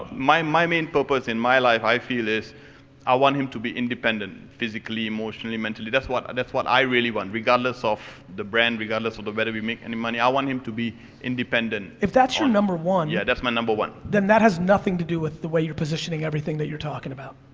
my my main purpose in my life i feel is i want him to be independent, physically, emotionally, mentally, that's what and that's what i really want, regardless of the brand, regardless of whether we make any money, i want him to be independent. if that's your number one. yeah that's my number one. then that has nothing to do with the way you're positioning everything that you're talking about.